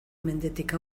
mendetik